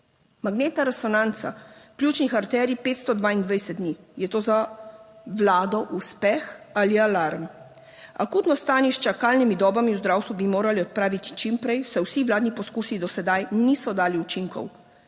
Magnetna resonanca pljučnih arterij 522 dni - je to za Vlado uspeh ali alarm? Akutno stanje s čakalnimi dobami v zdravstvu bi morali odpraviti čim prej, saj vsi vladni poskusi do sedaj niso dali učinkov.